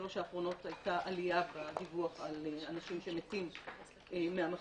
שלוש האחרונות היתה עלייה בדיווח על אנשים שמתים מהמחלה,